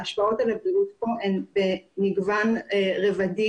ההשפעות על הבריאות כאן הן מגוון רבדים,